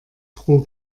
pro